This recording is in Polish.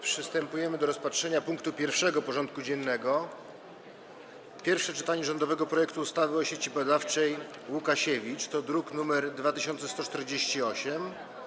Przystępujemy do rozpatrzenia punktu 1. porządku dziennego: Pierwsze czytanie rządowego projektu ustawy o Sieci Badawczej: Łukasiewicz (druk nr 2148)